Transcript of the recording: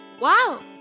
Wow